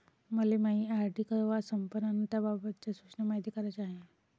मले मायी आर.डी कवा संपन अन त्याबाबतच्या सूचना मायती कराच्या हाय